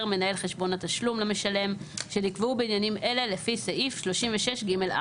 מנהל חשבון התשלום למשלם שנקבעו בעניינים אלה לפי סעיף 36(ג)(4).